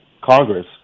Congress